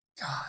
God